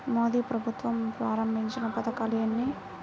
మోదీ ప్రభుత్వం ప్రారంభించిన పథకాలు ఎన్ని?